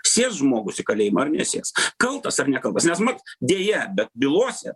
sės žmogus į kalėjimą ar nesės kaltas ar nekaltas nes mat deja bet bylose